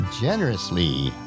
generously